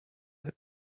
have